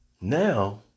Now